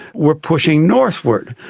were pushing northward,